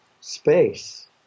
space